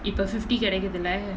இப்ப:ippa fifty கெடைகுதுல:kedaikuthula